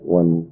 one